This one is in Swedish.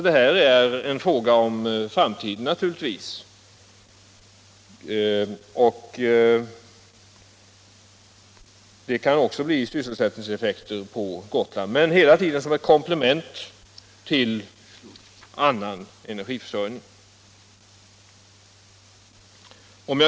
Detta är naturligtvis en fråga om framtiden, och det kan också få sysselsättningseffekter på Gotland. Men hela tiden får det bli ett komplement till annan energiförsörjning.